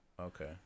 Okay